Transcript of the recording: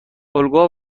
الگوها